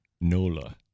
NOLA